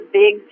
big